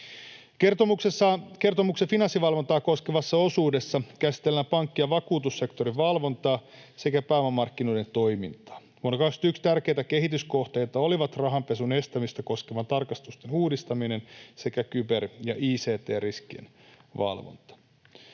Kertomuksen Finanssivalvontaa koskevassa osuudessa käsitellään pankki‑ ja vakuutussektorin valvontaa sekä pääomamarkkinoiden toimintaa. Vuonna 21 tärkeitä kehityskohteita olivat rahanpesun estämistä koskevien tarkastusten uudistaminen sekä kyber‑ ja ict-riskien valvonta.